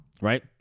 Right